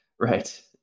right